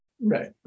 Right